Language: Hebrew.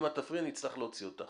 אבל אם את תפריעי אני אצטרך להוציא אותך.